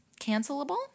Cancelable